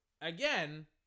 Again